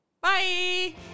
Bye